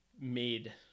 made